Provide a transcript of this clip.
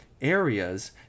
areas